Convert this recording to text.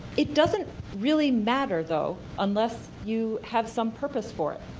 it doesn't really matter though unless you have some purpose for it.